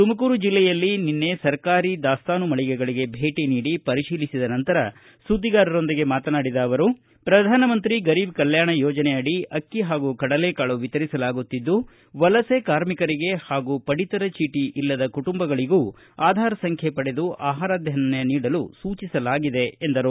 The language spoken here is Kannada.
ತುಮಕೂರು ಜೆಲ್ಲೆಯಲ್ಲಿ ಸರ್ಕಾರಿ ದಾಸ್ತಾನು ಮಳಿಗೆಗಳಗೆ ಭೇಟ ನೀಡಿ ಪರಿಶೀಲಿಬಿದ ನಂತರ ಸುದ್ದಿಗಾರರೊಂದಿಗೆ ಮಾತನಾಡಿದ ಅವರು ಶ್ರಧಾನಮಂತ್ರಿ ಗರೀಬ್ ಕಲ್ಕಾಣ ಯೋಜನೆಯಡಿ ಅಕ್ಕಿ ಹಾಗೂ ಕಡಲೆ ಕಾಳು ವಿತರಿಸಲಾಗುತ್ತಿದ್ದು ವಲಸೆ ಕಾರ್ಮಿಕರಿಗೆ ಹಾಗೂ ಪಡಿತರ ಚೀಟ ಇಲ್ಲದ ಕುಟುಂಬಗಳಿಗೂ ಆಧಾರ್ ಸಂಚ್ಹೆ ಪಡೆದು ಆಹಾರಧಾನ್ಯ ನೀಡಲು ಸೂಚಿಸಲಾಗಿದೆ ಎಂದರು